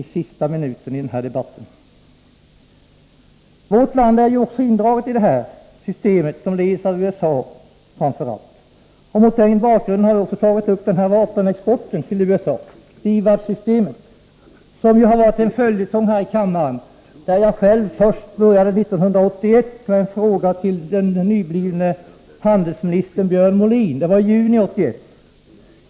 Också vårt land är indraget i sådana system jag talat om och som tillämpas framför allt i USA. Mot den bakgrunden har vi tagit upp frågan om vapenexporten till USA genom engagemanget i DIVAD-systemet. Frågan om vapenexport har ju varit en följetong här i kammaren, där jag själv började genom att ställa en fråga till dåvarande handelsministern Björn Molin i juni 1981.